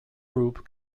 group